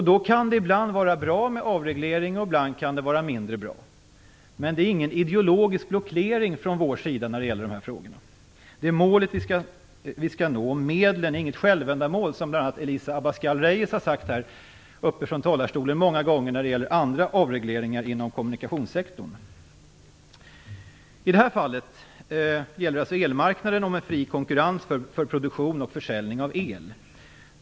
Då kan det ibland vara bra med avregleringar och ibland mindre bra. Men det finns ingen ideologisk blockering från vår sida när det gäller dessa frågor. Det är målet vi skall nå. Medlen är inget självändamål, som bl.a. Elisa Abascal Reyes många gånger har sagt här i talarstolen när det gäller andra avregleringar inom kommunikationssektorn. I det här fallet gäller det alltså elmarknaden och en fri konkurrens för produktion och försäljning av el.